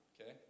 okay